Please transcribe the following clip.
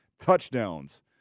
touchdowns